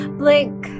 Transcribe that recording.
blink